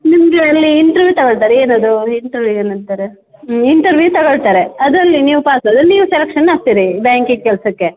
ನಿಮಗೆ ಅಲ್ಲಿ ಇಂಟ್ರವ್ಯೂ ತಗೋಳ್ತಾರೆ ಏನು ಅದು ಇಂಟ್ರವ್ಯೂ ಏನಂತಾರೆ ಇಂಟರ್ವ್ಯೂ ತಗೊಳ್ತಾರೆ ಅದರಲ್ಲಿ ನೀವು ಪಾಸ್ ಆದರೆ ನೀವು ಸೆಲೆಕ್ಷನ್ ಆಗ್ತೀರಿ ಬ್ಯಾಂಕಿದು ಕೆಲಸಕ್ಕೆ